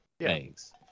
Thanks